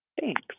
Thanks